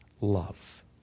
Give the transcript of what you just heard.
love